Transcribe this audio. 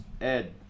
Ed